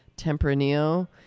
Tempranillo